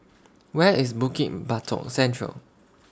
Where IS Bukit Batok Central